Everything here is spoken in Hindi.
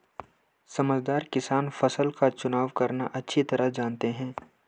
समझदार किसान फसल का चुनाव करना अच्छी तरह जानते हैं